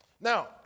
Now